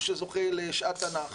או שזוכה לשעת תנ"ך,